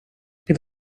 під